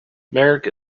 marek